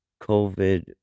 COVID